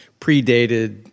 predated